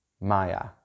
maya